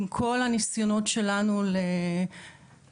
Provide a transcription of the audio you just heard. עם כל הנסיונות שלנו להוסיף,